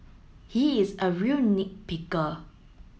he is a real nit picker